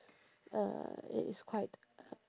uh it is quite